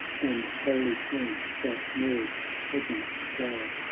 and holy chant that nerves the pregnant flower,